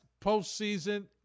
postseason